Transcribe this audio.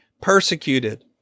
persecuted